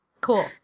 Cool